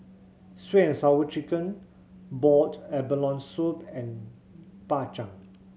Sweet And Sour Chicken boiled abalone soup and Bak Chang